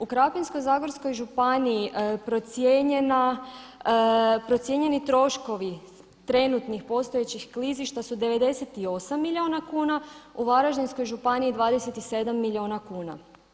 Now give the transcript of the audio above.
U Krapinsko-zagorskoj županiji procijenjeni troškovi trenutnih postojećih klizišta su 98 milijuna kuna, u Varaždinskoj županiji 27 milijuna kuna.